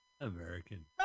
American